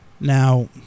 Now